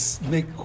make